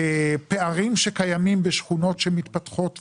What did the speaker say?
פערים שקיימים בשכונות שמתפתחות ועוד,